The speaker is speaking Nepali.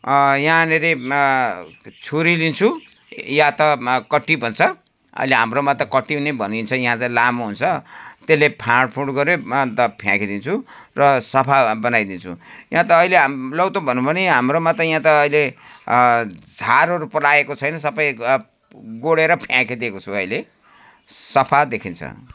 यहाँनिर छुरी लिन्छु या त कट्टी भन्छ अहिले हाम्रोमा त कट्टी नै भनिन्छ यहाँ चाहिँ लामो हुन्छ त्यसले फाँडफुँड गऱ्यो अन्त फ्याँकिदिन्छु र सफा बनाइदिन्छु यहाँ त अहिले हामी लौ त भनौँ भने हाम्रोमा त यहाँ त अहिले झारहरू पलाएको छैन सबै गोडेर फ्याँकिदिएको छु अहिले सफा देखिन्छ